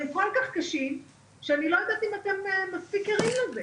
הם כל כך קשים שאני לא יודעת אם אתם מספיק ערים לזה.